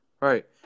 Right